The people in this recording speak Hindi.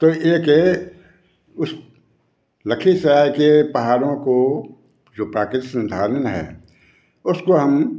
तो एक एक उस लखीसराय के पहाड़ों को जो प्राकृतिक संसाधन है उसको हम